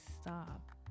stop